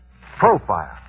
profile